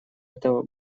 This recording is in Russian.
этого